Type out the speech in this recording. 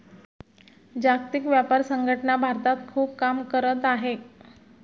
जागतिक व्यापार संघटना भारतात खूप काम करत आहे